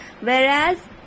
whereas